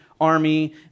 army